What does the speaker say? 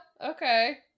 Okay